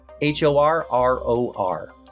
h-o-r-r-o-r